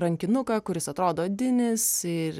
rankinuką kuris atrodo odinis ir